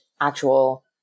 actual